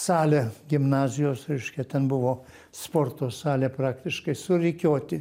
salę gimnazijos reiškia ten buvo sporto salė praktiškai surikiuoti